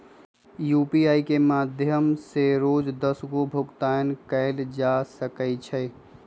UPI के माध्यम से रोज दस गो भुगतान कयल जा सकइ छइ